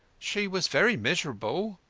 she was very miserable,